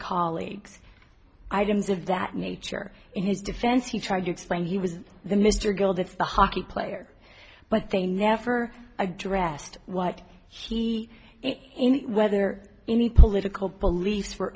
colleagues items of that nature in his defense he tried to explain he was the mr gold if the hockey player but they never addressed what he in whether any political beliefs for